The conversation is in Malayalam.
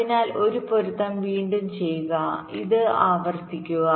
അതിനാൽ ഒരു പൊരുത്തം വീണ്ടും ചെയ്യുക ഇത് ആവർത്തിക്കുക